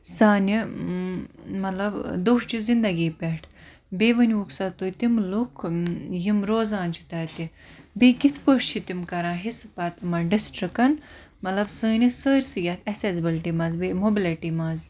سانہِ مَطلَب دۄہچہِ زِندَگی پیٚٹھ بیٚیہِ ؤنۍ ہوٗکھ سا تُہۍ تِم لُکھ یِم روزان چھِ تَتہِ بیٚیہِ کِتھ پٲٹھۍ چھِ تِم کَران حِصہٕ پَتہٕ تِمَن ڈِسٹرکَن مَطلَب سٲنِس سٲرسی یتھ ایٚسسبلٹی مَنٛز بیٚیہِ موبِلِٹی مَنٛز